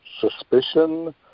suspicion